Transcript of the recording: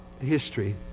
history